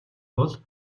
бол